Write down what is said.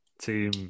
Team